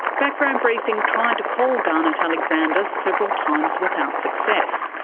background briefing tried to call garnet alexander several times without success.